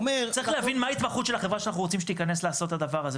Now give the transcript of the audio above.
צריך להבין מה ההתמחות של החברה שאנחנו רוצים שתכנס לעשות את הדבר הזה,